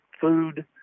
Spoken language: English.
food